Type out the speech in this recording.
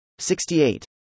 68